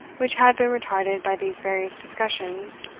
which had been retarded by these various discussions,